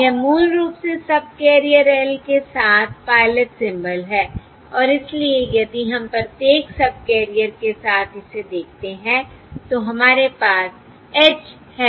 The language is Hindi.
यह मूल रूप से सबकैरियर l के साथ पायलट सिंबल है और इसलिए यदि हम प्रत्येक सबकैरियर के साथ इसे देखते हैं तो हमारे पास H hat l है